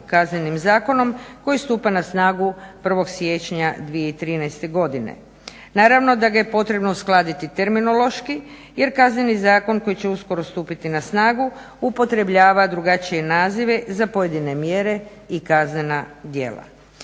s novim KZ-om koji stupa na snagu 1. siječnja 2013. godine. Naravno da ga je potrebno uskladiti terminološki jer KZ koji će uskoro stupiti na snagu upotrebljava drugačije nazive za pojedine mjere i kaznena djela.